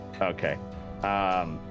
Okay